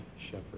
shepherd